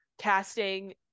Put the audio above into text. casting